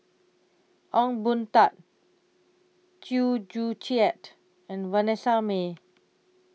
Ong Boon Tat Chew Joo Chiat and Vanessa Mae